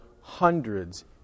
hundreds